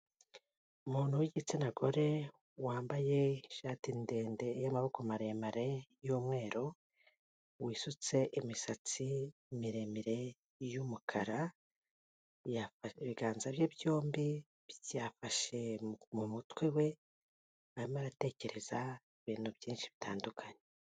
Umuntu w'igitsina gore wambaye ishati ndende y'amaboko maremare y'umweru, wisutse imisatsi miremire y'umukara, ibiganza bye byombi byafashe mu mutwe we arimo aratekereza ibintu byinshi bitandukanye.